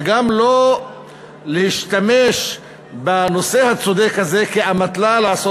וגם שלא ישתמשו בנושא הצודק הזה כאמתלה לעשות